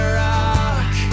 rock